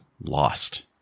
lost